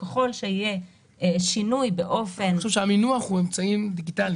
ככל שיהיה שינוי באופן --- אני חושב שהמינוח הוא "אמצעים דיגיטליים".